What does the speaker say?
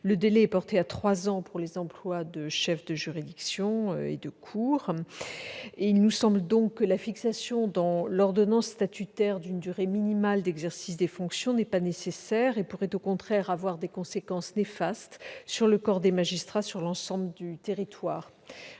Ce délai est porté à trois ans pour les emplois de chefs de juridiction et de cour. Il nous semble donc que la fixation, dans l'ordonnance statutaire, d'une durée minimale d'exercice des fonctions n'est pas nécessaire et pourrait, au contraire, emporter des conséquences néfastes pour le corps des magistrats sur l'ensemble du territoire.